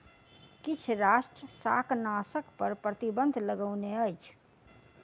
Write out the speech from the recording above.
किछ राष्ट्र शाकनाशक पर प्रतिबन्ध लगौने अछि